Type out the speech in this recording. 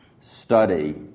study